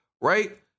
Right